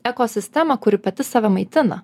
ekosistema kuri pati save maitina